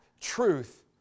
truth